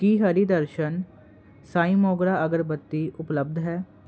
ਕੀ ਹਰੀ ਦਰਸ਼ਨ ਸਾਈਂ ਮੋਗਰਾ ਅਗਰਬੱਤੀ ਉਪਲੱਬਧ ਹੈ